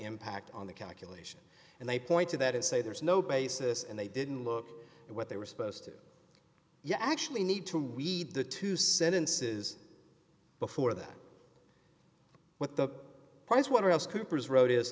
impact on the calculation and they point to that and say there's no basis and they didn't look at what they were supposed to do you actually need to read the two sentences before that what the price waterhouse coopers wrote is